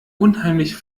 unheimlich